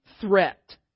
threat